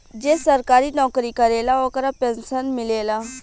जे सरकारी नौकरी करेला ओकरा पेंशन मिलेला